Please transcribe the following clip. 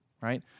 Right